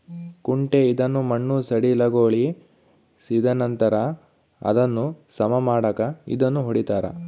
ಕುಂಟೆ ಇದನ್ನು ಮಣ್ಣು ಸಡಿಲಗೊಳಿಸಿದನಂತರ ಅದನ್ನು ಸಮ ಮಾಡಾಕ ಇದನ್ನು ಹೊಡಿತಾರ